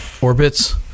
Orbits